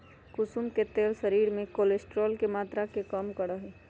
कुसुम के तेल शरीर में कोलेस्ट्रोल के मात्रा के कम करा हई